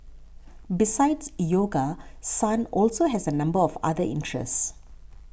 besides yoga Sun also has a number of other interests